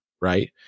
right